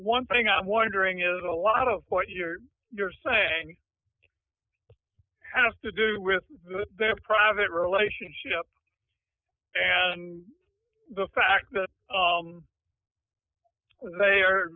one thing i'm wondering is that a lot of what you're you're saying has to do with their private relationship and the fact that they are